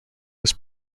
was